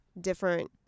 different